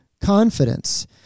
confidence